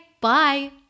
bye